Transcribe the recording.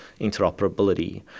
interoperability